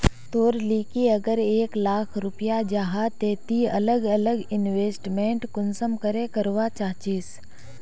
तोर लिकी अगर एक लाख रुपया जाहा ते ती अलग अलग इन्वेस्टमेंट कुंसम करे करवा चाहचिस?